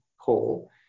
coal